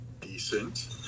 decent